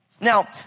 Now